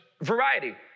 variety